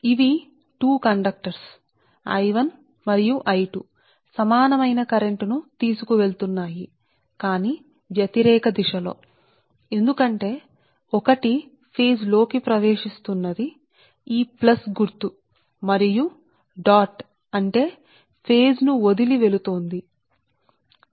కాబట్టి ఇది ఒక ఇది మీది కాబట్టి ఇవి రెండూ సమానమైన I1 మరియు I2 కరెంటు ను తీసుకొని వెళ్లే కండక్టర్లు కానీ వ్యతిరేక దిశ లో ఎందుకంటే ఒకటి ఫేజ్ లోకి ప్రవేశించసిస్తున్నదానికి ఈ ప్లస్ గుర్తు మరియు మరొకటి చుక్క అంటే అది ఫేజ్ ను వదిలివెళ్లుచున్నదనిసరే